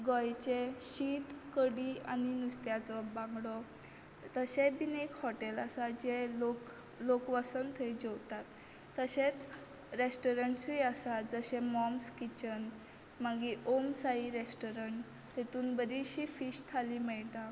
गोंयचें शीत कडी आनी नुस्त्याचो बांगडो तशेंय बीन एक हॉटेल आसा जे लोक लोक वचन थंय जेवतात तशेंच रेस्टॉरंट्सूय आसात जशें मॉम्स किचन मागीर ॐ साईं रेस्टॉरंट तितूंत बरीशी फीश थाली मेळटा